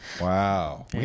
Wow